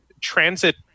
transit